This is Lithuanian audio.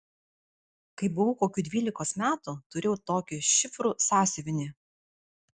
kai buvau kokių dvylikos metų turėjau tokį šifrų sąsiuvinį